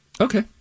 Okay